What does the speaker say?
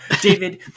David